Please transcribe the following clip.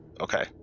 okay